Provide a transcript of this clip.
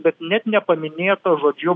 bet net nepaminėta žodžiu